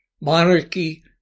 monarchy